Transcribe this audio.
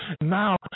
Now